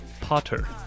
Potter